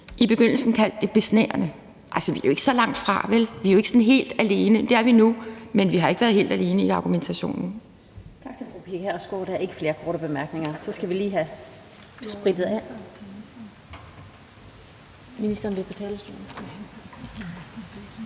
i begyndelsen kaldte det besnærende. Altså, vi er jo ikke så langt fra, vel? Vi er ikke sådan helt alene. Det er vi nu, men vi har ikke været helt alene i argumentationen.